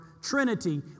Trinity